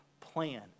plan